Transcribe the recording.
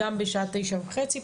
גם בשעה תשע וחצי,